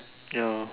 ya